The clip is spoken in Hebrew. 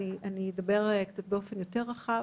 אני אדבר באופן קצת יותר רחב.